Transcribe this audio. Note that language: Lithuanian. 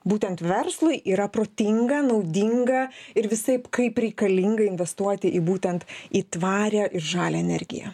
būtent verslui yra protinga naudinga ir visaip kaip reikalinga investuoti į būtent į tvarią ir žalią energiją